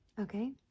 Okay